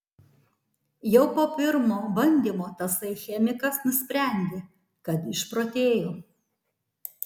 jau po pirmo bandymo tasai chemikas nusprendė kad išprotėjo